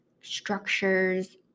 structures